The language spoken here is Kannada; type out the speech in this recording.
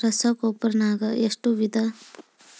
ರಸಗೊಬ್ಬರ ನಾಗ್ ಎಷ್ಟು ವಿಧ?